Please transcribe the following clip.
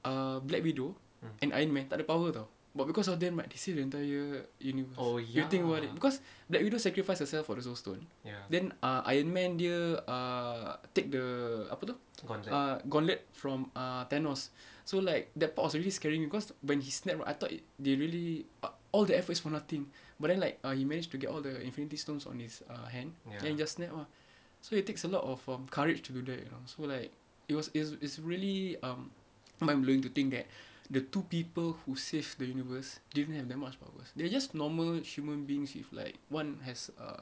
uh black widow and iron man tak ada power [tau] but because of them right they save the entire universe you think about it because black widow sacrifice herself for the soul stone then uh iron man dia uh take the apa tu uh gauntlet from err thanos so like that part was already scaring me cause when he snapped right I thought it they really ah all the efforts for nothing but then like err he managed to get all the infinity stones on his uh hand then he just snap ah so it takes a lot of um courage to do that you know so like it was is is really um mind blowing to think that the two people who saved the universe didn't have that much powers they're just normal human beings with like one has a